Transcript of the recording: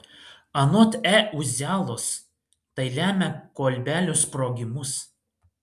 anot e uzialos tai lemia kolbelių sprogimus